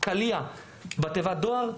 קליע בתיבת דואר.